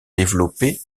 développer